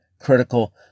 critical